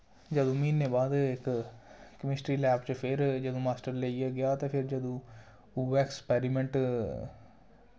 जदूं म्हीने बाद इक केमिस्ट्री लैब च फिर जदूं मास्टर लेइयै गेआ ते फिर जदूं उ'ऐ एक्सपेरिमेंट